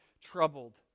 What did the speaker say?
troubled